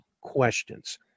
questions